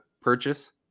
purchase